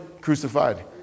crucified